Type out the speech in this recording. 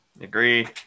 Agree